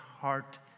heart